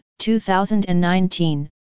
2019